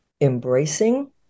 embracing